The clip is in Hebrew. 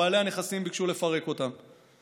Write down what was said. בעלי הנכסים ביקשו לפרק אותם.